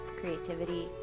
creativity